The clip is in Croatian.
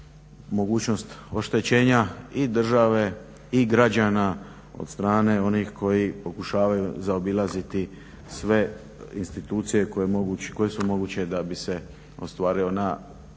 mogućnost oštećenja i države i građana od strane onih koji pokušavaju zaobilaziti sve institucije koje su moguće da bi se ostvario na uštrb